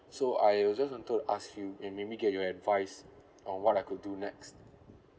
so I also wanted to ask you and maybe get your advice on what I could do next